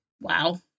Wow